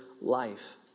life